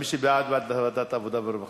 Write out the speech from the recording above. מי שבעד, בעד ועדת העבודה והרווחה.